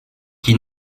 qui